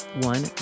one